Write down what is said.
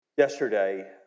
Yesterday